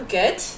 good